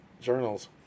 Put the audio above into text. journals